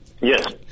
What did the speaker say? Yes